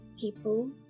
people